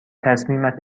تصمیمت